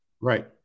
Right